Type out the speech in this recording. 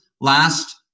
last